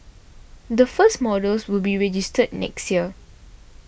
the first models will be registered next year